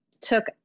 took